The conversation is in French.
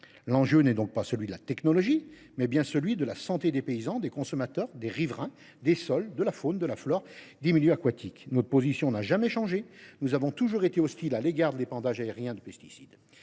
L’enjeu n’est donc pas celui de la technologie : il y va bien de la santé des paysans, des consommateurs, des riverains, des sols, de la faune, de la flore, des milieux aquatiques. Notre position n’a jamais changé : nous avons toujours été hostiles à l’épandage aérien de pesticides.